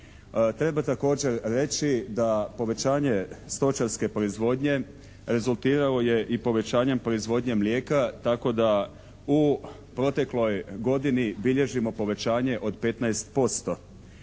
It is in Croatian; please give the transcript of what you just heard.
Treba također reći da povećanje stočarske proizvodnje rezultiralo je i povećanjem proizvodnje mlijeka tako da u protekloj godini bilježimo povećanje od 15%.